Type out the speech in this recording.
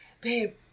babe